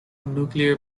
nuclear